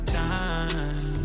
time